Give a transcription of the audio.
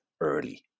early